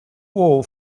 wool